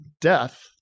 death